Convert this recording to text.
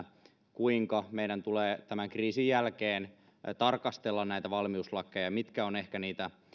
kuinka meidän tulee tämän kriisin jälkeen tarkastella näitä valmiuslakeja ja mitkä ovat ehkä olleet niitä